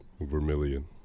Vermilion